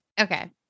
Okay